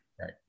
Right